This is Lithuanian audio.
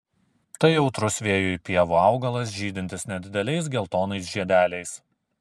tai jautrus vėjui pievų augalas žydintis nedideliais geltonais žiedeliais